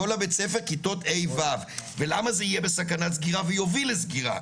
כל הבית ספר כיתות ה'-ו' ולמה זה יהיה בסכנת סגירה ויוביל לסגירה?